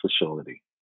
facility